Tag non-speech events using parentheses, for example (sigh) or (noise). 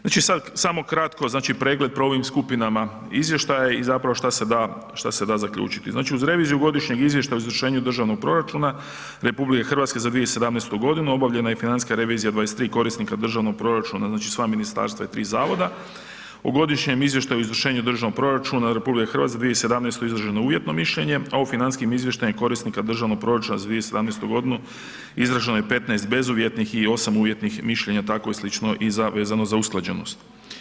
Znači sada samo kratko, znači pregled po ovim skupinama izvještaj i zapravo što se da zaključiti, znači uz reviziju godišnjih izvještaja o izvršenje državnih proračuna, RH, za 2017. g. obavljena je financijska revizija 23 korisnika državnog proračuna, znači sva ministarstva i 3 zavoda, u godišnjom izvještaju o izvršenju državnog proračuna RH, 2017. … (unintelligible) uvjetno mišljenje, a o financijskim izvještajima, korisnika državnog proračuna za 2017. g. izraženo je 15 bezuvjetnih i 8 uvjetnih mišljenja tako je slično i vezano za usklađenost.